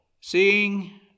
Seeing